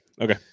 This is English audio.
Okay